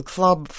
Club